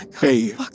Hey